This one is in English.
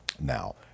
now